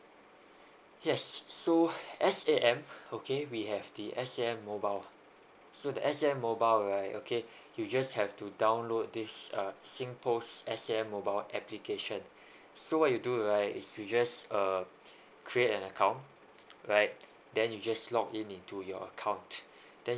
yes so S_A_M okay we have the S_A_M mobile so the S_A_M mobile right okay you just have to download this singpost S_A_M mobile application so what you do right is you just uh create an account right then you just log in into your account then